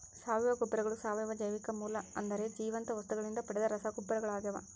ಸಾವಯವ ಗೊಬ್ಬರಗಳು ಸಾವಯವ ಜೈವಿಕ ಮೂಲ ಅಂದರೆ ಜೀವಂತ ವಸ್ತುಗಳಿಂದ ಪಡೆದ ರಸಗೊಬ್ಬರಗಳಾಗ್ಯವ